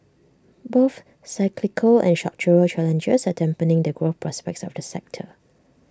both cyclical and structural challenges are dampening the growth prospects of this sector